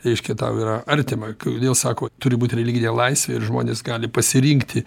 reiškia tau yra artima kodėl sako turi būt religinė laisvė ir žmonės gali pasirinkti